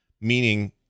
meaning